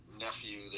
nephew